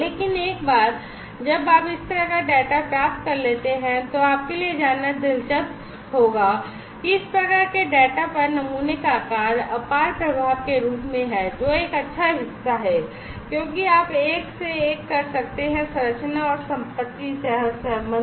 लेकिन एक बार जब आप इस तरह का डेटा प्राप्त कर लेते हैं तो आपके लिए यह जानना दिलचस्प होगा कि इस प्रकार के डेटा पर नमूने का आकार अपार प्रभाव के रूप में है जो एक अच्छा हिस्सा है क्योंकि आप एक से एक कर सकते हैं संरचना और संपत्ति सहसंबंध